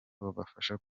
bubafasha